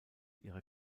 ihre